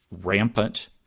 rampant